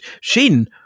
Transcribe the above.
Shin